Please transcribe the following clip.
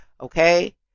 okay